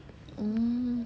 oh